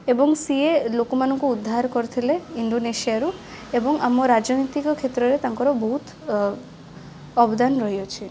ଏବଂ ସିଏ ଲୋକମାନଙ୍କୁ ଉଦ୍ଧାର କରିଥିଲେ ଇଣ୍ଡୋନେସିଆ ରୁ ଏବଂ ଆମ ରାଜନୀତିକ କ୍ଷେତ୍ରରେ ତାଙ୍କର ବହୁତ ଅ ଅବଦାନ ରହିଅଛି